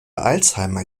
alzheimer